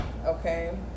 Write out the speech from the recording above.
okay